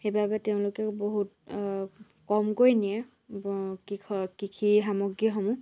সেইবাবে তেওঁলোকেও বহুত কমকৈ নিয়ে কৃষক কৃষিৰ সামগ্ৰীসমূহ